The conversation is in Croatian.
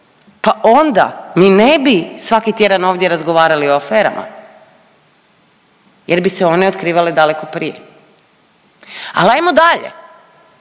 pa onda mi ne bi svaki tjedan ovdje razgovarali o aferama jer bi se one otkrivale daleko prije. Ali ajmo dalje,